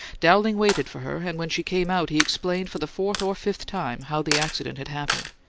dowling waited for her, and when she came out he explained for the fourth or fifth time how the accident had happened.